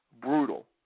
brutal